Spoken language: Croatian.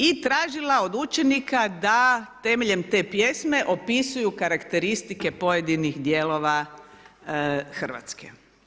I tražila od učenika da temeljem te pjesme opisuju karakteristike pojedinih dijelova Hrvatske.